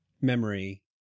memory